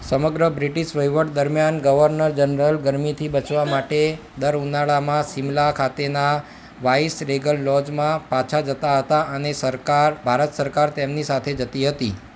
સમગ્ર બ્રિટિશ વહીવટ દરમિયાન ગવર્નર જનરલ ગરમીથી બચવા માટે દર ઉનાળામાં સિમલા ખાતેના વાઈસરેગલ લોજમાં પાછા જતા હતા અને સરકાર ભારત સરકાર તેમની સાથે જતી હતી